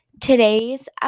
today's